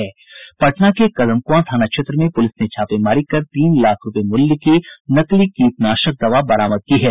पटना के कदमक्आं थाना क्षेत्र में पुलिस ने छापेमारी कर तीन लाख रूपये मूल्य का नकली कीटनाशक दवा बरामद की है